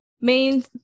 main